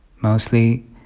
mostly